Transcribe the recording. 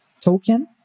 token